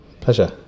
pleasure